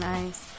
Nice